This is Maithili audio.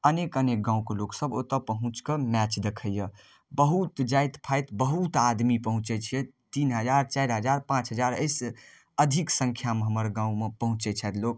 अनेक अनके गाँवके लोकसब ओतऽ पहुँचके मैच देखैया बहुत जाइत फाइत बहुत आदमी पहुँचै छथि तीन हजार चारि हजार पाँच हजार एहिसऽ अधिक संख्यामे हमर गाँवमे पहुँचै छथि लोक